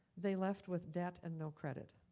they left with debt and no credit.